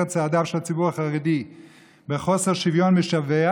את צעדיו של הציבור החרדי בחוסר שוויון משווע,